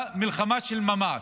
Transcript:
מלחמה של ממש.